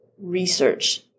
research